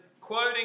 quoting